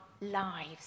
lives